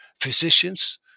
physicians